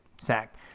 sack